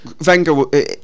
Venga